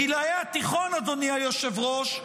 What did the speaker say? אדוני היושב-ראש,